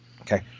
Okay